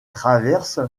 traverse